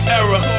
era